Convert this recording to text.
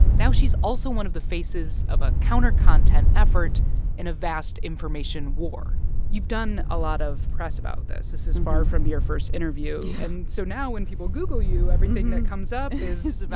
now she's also one of the faces of a counter-content effort in a vast information war you've done a lot of press about this. this is far from your first interview yeah and so now when people google you, everything that comes up is.